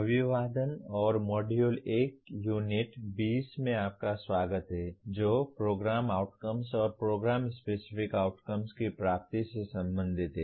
अभिवादन और module 1 unit 20 में आपका स्वागत है जो प्रोग्राम आउटकम्स और प्रोग्राम स्पेसिफिक आउटकम्स की प्राप्ति से संबंधित है